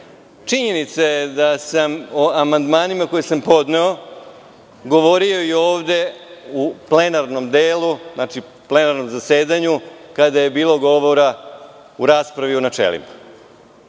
Činjenica je da sam o amandmanima koje sam podneo govorio i ovde u plenarnom delu, plenarnom zasedanju, kada je bilo govora u raspravi u načelima.